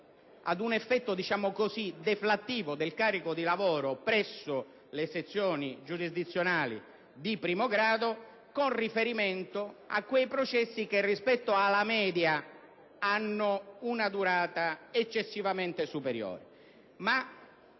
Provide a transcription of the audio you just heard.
un effetto deflattivo del carico di lavoro presso le sezioni giurisdizionali di primo grado con riferimento a quei processi che, rispetto alla media, hanno una durata eccessivamente superiore.